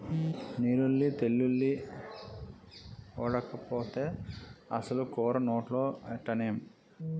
నీరుల్లి తెల్లుల్లి ఓడకపోతే అసలు కూర నోట్లో ఎట్టనేం